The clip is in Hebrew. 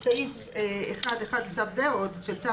בסופו של דבר סעיף 32 לחוק קובע שעל כל שקל שהביטוח הלאומי